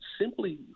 simply